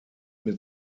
mit